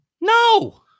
No